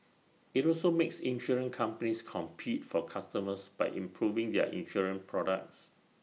IT also makes insurance companies compete for customers by improving their insurance products